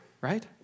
right